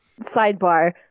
Sidebar